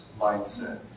mindset